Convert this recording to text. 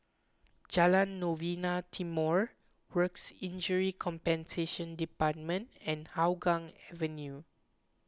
Jalan Novena Timor Work Injury Compensation Department and Hougang Avenue